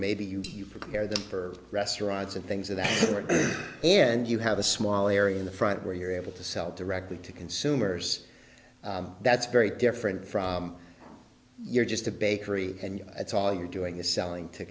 maybe you prepare them for restaurants and things of that sort and you have a small area in the front where you're able to sell directly to consumers that's very different from you're just a bakery and that's all you're doing is selling to